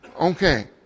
Okay